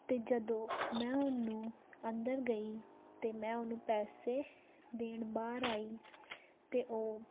ਅਤੇ ਜਦੋਂ ਮੈਂ ਉਹਨੂੰ ਅੰਦਰ ਗਈ ਅਤੇ ਮੈਂ ਉਹਨੂੰ ਪੈਸੇ ਦੇਣ ਬਾਹਰ ਆਈ ਤਾਂ ਉਹ